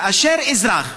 כאשר אזרח,